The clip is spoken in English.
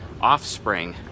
offspring